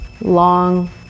Long